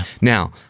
Now